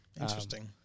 Interesting